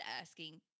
asking